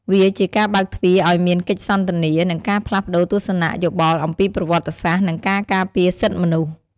វាជាការបើកទ្វារឱ្យមានកិច្ចសន្ទនា និងការផ្លាស់ប្តូរទស្សនៈយោបល់អំពីប្រវត្តិសាស្ត្រ និងការការពារសិទ្ធិមនុស្ស។